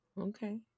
Okay